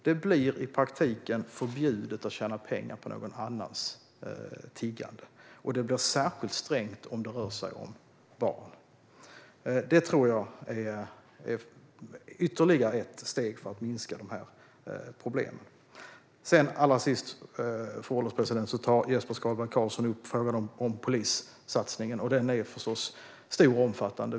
Det blir i praktiken förbjudet att tjäna pengar på någon annans tiggande, och det blir särskilt strängt om det rör sig om barn. Det är ytterligare ett steg för att minska problemen. Allra sist, fru ålderspresident, tar Jesper Skalberg Karlsson upp frågan om polissatsningen. Den är förstås stor och omfattande.